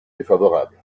défavorable